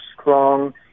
strong